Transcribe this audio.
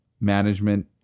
management